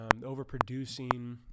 overproducing